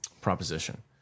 proposition